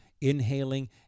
inhaling